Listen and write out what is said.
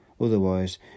Otherwise